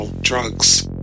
Drugs